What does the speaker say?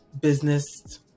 business